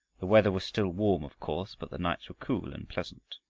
the weather was still warm of course, but the nights were cool and pleasant.